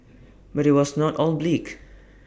but IT was not all bleak